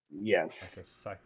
Yes